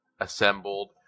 assembled